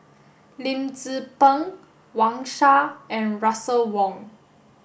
Lim Tze Peng Wang Sha and Russel Wong